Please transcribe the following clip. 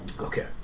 Okay